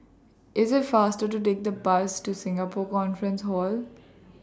IS IT faster to Take The Bus to Singapore Conference Hall